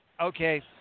Okay